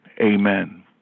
amen